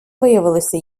виявилися